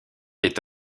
est